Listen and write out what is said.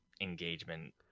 engagement